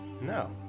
No